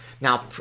Now